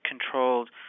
controlled